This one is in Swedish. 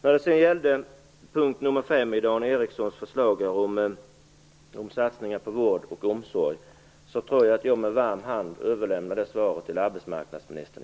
När det gäller punkt 5 i Dan Ericsson förslag om satsningar på vård och omsorg överlämnar jag med varm hand frågan till arbetsmarknadsministern.